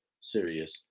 serious